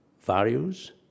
values